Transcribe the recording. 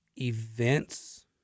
Events